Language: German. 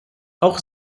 auch